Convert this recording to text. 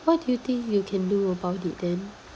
what do you think you can do about it then